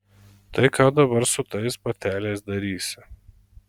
tai ką dabar su tais bateliais darysi